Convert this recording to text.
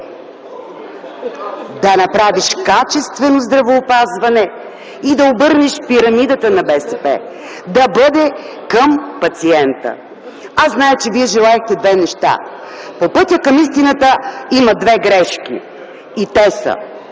да направиш качествено здравеопазване и да обърнеш пирамидата на БСП, да бъде към пациента. Аз зная, че вие желаехте две неща. По пътя към истината има две грешки и те са: